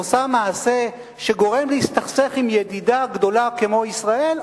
עושה מעשה שגורם להסתכסך עם ידידה גדולה כמו ישראל?